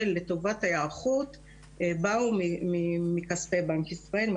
לטובת ההיערכות באו מכספי בנק ישראל,